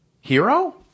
Hero